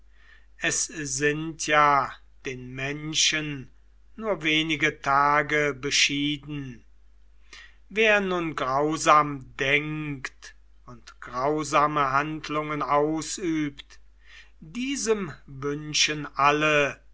es sind ja den menschen nur wenige tage beschieden wer nun grausam denkt und grausame handlungen ausübt diesem wünschen alle